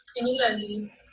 Similarly